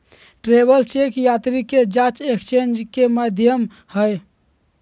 travellers cheque यात्री के जांच एक्सचेंज के माध्यम हइ